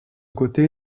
côté